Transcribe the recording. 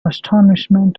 astonishment